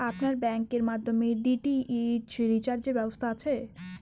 আপনার ব্যাংকের মাধ্যমে ডি.টি.এইচ রিচার্জের ব্যবস্থা আছে?